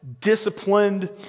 disciplined